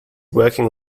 working